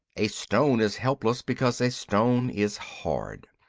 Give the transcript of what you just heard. a stone is helpless, because a stone is hard.